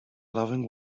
loving